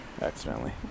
accidentally